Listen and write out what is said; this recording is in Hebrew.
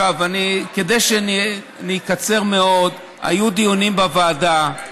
כדי שאני אקצר מאוד: היו דיונים בוועדה,